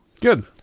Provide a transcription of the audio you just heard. good